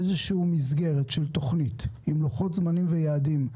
איזושהי מסגרת של תוכנית, עם לוחות זמנים ויעדים.